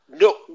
No